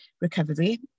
recovery